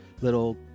little